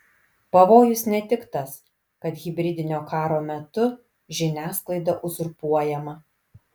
pavojus ne tik tas kad hibridinio karo metu žiniasklaida uzurpuojama